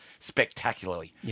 spectacularly